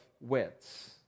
wits